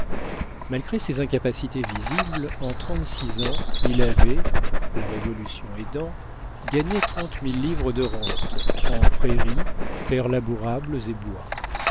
malgré ces incapacités visibles en trente-six ans il avait la révolution aidant gagné trente mille livres de rente en prairies terres labourables et bois